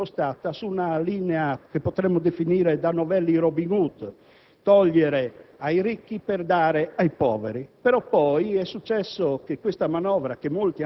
La manovra era partita impostata su una linea che potremmo definire da novelli Robin Hood: «togliere ai ricchi per dare ai poveri».